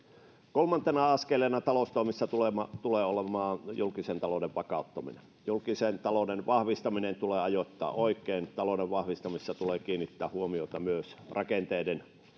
kolmantena askeleena taloustoimissa tulee tulee olemaan julkisen talouden vakauttaminen julkisen talouden vahvistaminen tulee ajoittaa oikein talouden vahvistamisessa tulee kiinnittää huomiota myös rakenteiden